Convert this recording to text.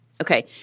Okay